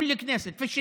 ובכן, אני רוצה